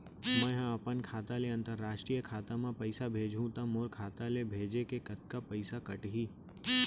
मै ह अपन खाता ले, अंतरराष्ट्रीय खाता मा पइसा भेजहु त मोर खाता ले, भेजे के कतका पइसा कटही?